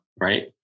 right